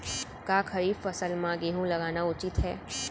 का खरीफ फसल म गेहूँ लगाना उचित है?